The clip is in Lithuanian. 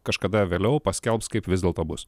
kažkada vėliau paskelbs kaip vis dėlto bus